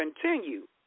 continue